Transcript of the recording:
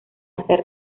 hacer